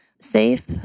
safe